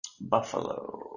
Buffalo